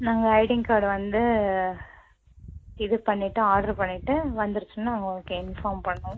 நாங்கள் ஐடின் கார்டு வந்து இது பண்ணிவிட்டு ஆர்டர் பண்ணிவிட்டு வந்துருச்சுனா ஓகே இன்ஃபார்ம் பண்ணுவோம்